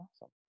awesome